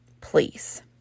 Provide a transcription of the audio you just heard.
please